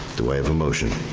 do i have a motion?